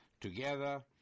Together